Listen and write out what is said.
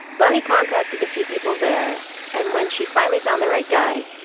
bunny contacted a few people there and when she finally found the right guy,